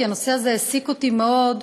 כי הנושא הזה העסיק אותי מאוד.